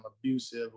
abusive